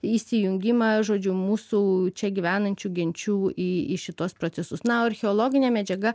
įsijungimą žodžiu mūsų čia gyvenančių genčių į į šituos procesus na o archeologinė medžiaga